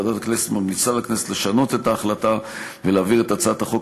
ועדת הכנסת ממליצה לכנסת לשנות את החלטתה ולהעביר את הצעת החוק